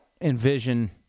envision